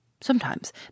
Sometimes